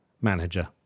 manager